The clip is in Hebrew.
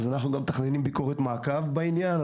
אנחנו מתכננים ביקורת מעקב בעניין.